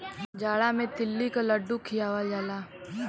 जाड़ा मे तिल्ली क लड्डू खियावल जाला